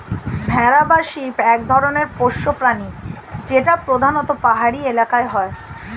ভেড়া বা শিপ এক ধরনের পোষ্য প্রাণী যেটা প্রধানত পাহাড়ি এলাকায় হয়